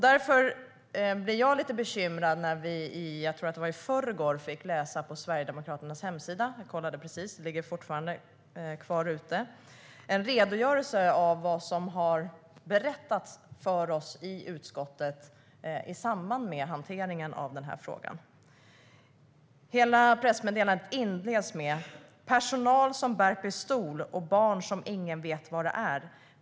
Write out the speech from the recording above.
Därför blev jag lite bekymrad när vi i förrgår, tror jag att det var, på Sverigedemokraternas hemsida - jag kollade precis, och det ligger fortfarande kvar - fick läsa en redogörelse för vad som har berättats för oss i utskottet i samband med hanteringen av den här frågan. Pressmeddelandet inleds med: "Personal som bär pistol och barn som ingen vet var de är.